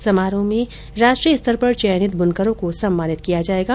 इस समारोह में राष्ट्रीय स्तर पर चयनित बुनकरों को सम्मानित किया जायेगा